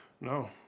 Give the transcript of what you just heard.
No